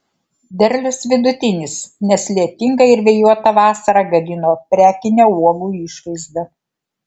derlius vidutinis nes lietinga ir vėjuota vasara gadino prekinę uogų išvaizdą